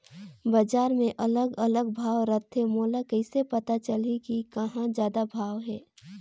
बजार मे अलग अलग भाव रथे, मोला कइसे पता चलही कि कहां जादा भाव हे?